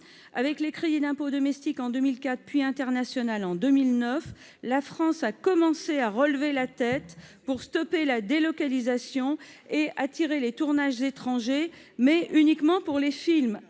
Avec les crédits d'impôt domestique en 2004, puis international en 2009, la France a commencé à relever la tête pour stopper la délocalisation et attirer les tournages étrangers, mais uniquement pour les films,